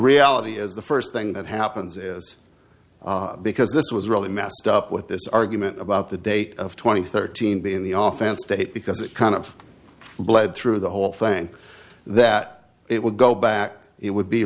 reality is the first thing that happens is because this was really messed up with this argument about the date of twenty thirteen be in the off chance fate because it kind of bled through the whole thing that it would go back it would be